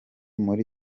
muri